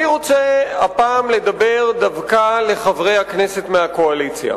אני רוצה לדבר הפעם אל חברי הכנסת מהקואליציה